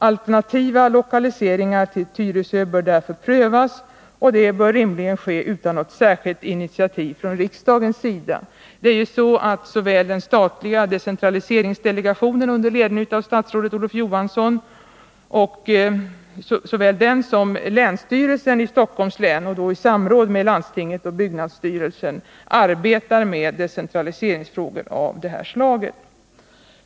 Alternativa lokaliseringar till Tyresö bör därför prövas, och det bör rimligen ske utan något särskilt initiativ från riksdagens sida. Såväl den statliga decentraliseringsdelegationen under ledning av statsrådet Olof Johansson som länsstyrelsen i Stockholms län — i samråd med landstinget och byggnadsstyrelsen — arbetar ju med decentraliseringsfrågor av det här slaget.